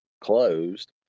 closed